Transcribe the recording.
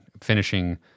Finishing